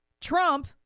Trump